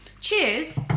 Cheers